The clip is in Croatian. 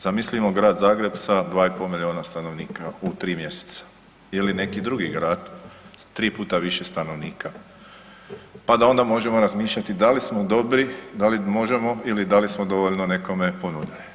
Zamislimo Grad Zagreb sa 2,5 milijuna stanovnika u 3 mjeseca ili neki drugi grad s 3 puta više stanovnika, pa da onda možemo razmišljati da li smo dobri, da li možemo ili da li smo dovoljno nekome ponudili.